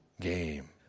game